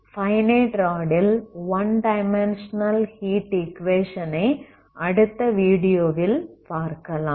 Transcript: ஆகவே finite rod ல் 1 dimensional heat equation ஐ அடுத்த வீடியோவில் பார்க்கலாம்